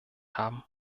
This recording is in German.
haben